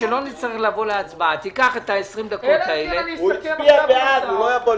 הצבעה בעד,